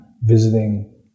visiting